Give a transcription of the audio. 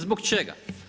Zbog čega?